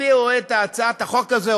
הביאו את הצעת החוק הזאת,